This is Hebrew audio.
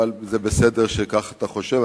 אבל זה בסדר שכך אתה חושב.